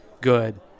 Good